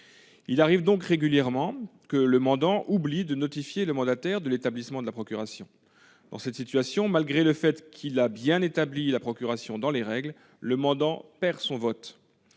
Il arrive ainsi régulièrement que le mandant oublie de notifier le mandataire de l'établissement de la procuration. Dans cette situation, bien que le mandant ait établi la procuration dans les règles, il perd son vote.